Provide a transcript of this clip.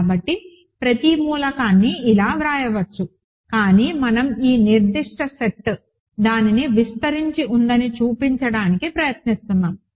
కాబట్టి ప్రతి మూలకాన్ని అలా వ్రాయవచ్చు కానీ మనం ఈ నిర్దిష్ట సెట్ దానిని విస్తరించి ఉందని చూపించడానికి ప్రయత్నిస్తున్నాము